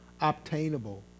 obtainable